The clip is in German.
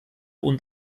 und